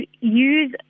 use